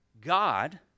God